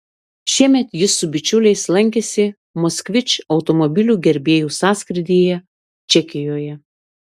šiemet jis su bičiuliais lankėsi moskvič automobilių gerbėjų sąskrydyje čekijoje